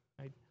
right